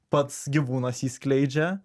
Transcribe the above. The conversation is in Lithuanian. pats gyvūnas jį skleidžia